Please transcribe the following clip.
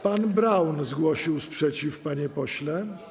Pan Braun zgłosił sprzeciw, panie pośle.